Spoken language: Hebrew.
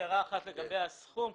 הערה אחת לגבי הסכום.